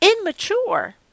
immature